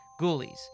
Ghoulies